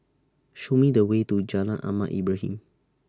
Show Me The Way to Jalan Ahmad Ibrahim